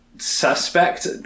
suspect